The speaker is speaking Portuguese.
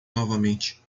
novamente